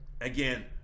again